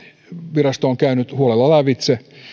virasto on käynyt huolella lävitse